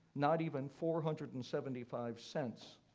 not even four hundred and seventy five cents.